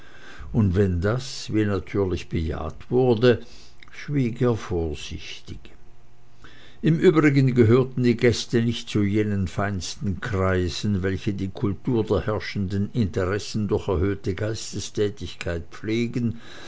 und wenn das wie natürlich bejaht wurde schwieg er vorsichtig im übrigen gehörten die gäste nicht zu jenen feinsten kreisen welche die kultur der herrschenden interessen durch erhöhte geistestätigkeit pflegen